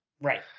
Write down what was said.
Right